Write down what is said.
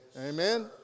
Amen